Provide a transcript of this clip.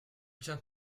tiens